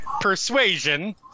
persuasion